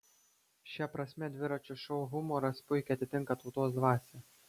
šia prasme dviračio šou humoras puikiai atitinka tautos dvasią